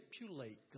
manipulate